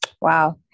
Wow